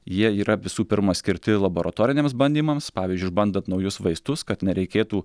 jie yra visų pirma skirti laboratoriniams bandymams pavyzdžiui išbandant naujus vaistus kad nereikėtų